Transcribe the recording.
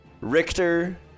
Richter